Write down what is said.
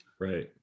right